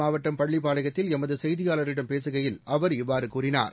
மாவட்டம் பள்ளிப்பாளையத்தில் நாமக்கல் எமதுசெய்தியாளரிடம் பேசுகையில் அவர் இவ்வாறுகூறினார்